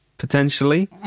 Potentially